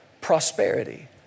prosperity